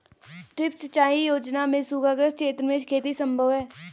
drip सिंचाई योजना से सूखाग्रस्त क्षेत्र में खेती सम्भव है